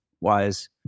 wise